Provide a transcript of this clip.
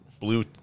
blue